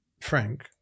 Frank